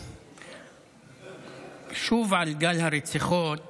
שוב על גל הרציחות